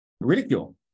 ridicule